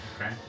Okay